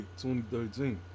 2013